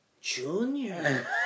Junior